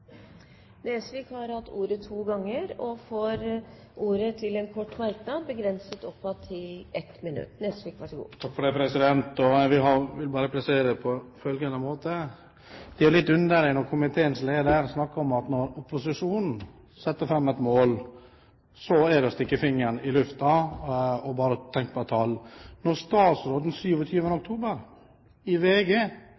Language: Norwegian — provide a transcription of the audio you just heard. Nesvik har hatt ordet to ganger og får ordet til kort merknad, begrenset til 1 minutt. Jeg vil bare presisere på følgende måte: Det er jo litt underlig at når komiteens leder snakker om at opposisjonen setter et mål, er det som å stikke fingeren i lufta og bare tenke på et tall. Når statsråden